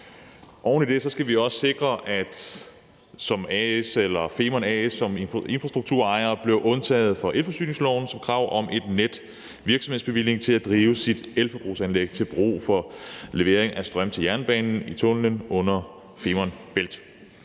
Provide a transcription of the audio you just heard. Oven i det skal vi også sikre, at Femern A/S som infrastrukturejere bliver undtaget for elforsyningslovens krav om virksomhedsbevilling for at drive deres elforbrugsanlæg til brug for levering af strøm til jernbanen i tunnellen under Femern Bælt.